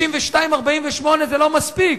52 48 זה לא מספיק,